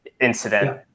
incident